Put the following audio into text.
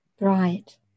Right